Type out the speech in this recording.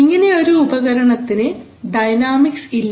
ഇങ്ങനെയൊരു ഉപകരണത്തിന് ഡൈനാമിക്സ് ഇല്ല